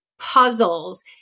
puzzles